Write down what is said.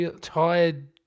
tired